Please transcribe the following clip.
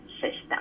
system